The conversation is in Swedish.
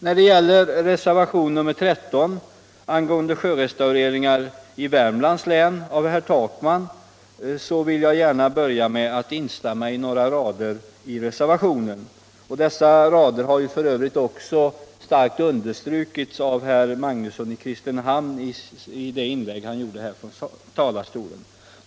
När det gäller reservationen 13 av herr Takman angående sjörestaureringar i Värmlands län vill jag gärna börja med att instämma i några rader, vilka f. ö. också starkt har understrukits av herr Magnusson i Kristinehamn i hans inlägg här från talarstolen.